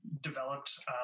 developed